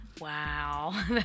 Wow